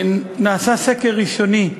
נעשה סקר ראשוני,